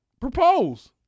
propose